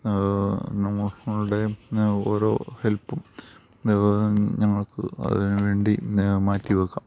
നിങ്ങളുടെ ഓരോ ഹെൽപ്പും ഞങ്ങൾക്ക് അതിന് വേണ്ടി മാറ്റിവെക്കാം